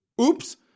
oops